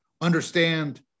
understand